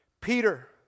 Peter